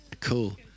cool